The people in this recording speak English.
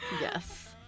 Yes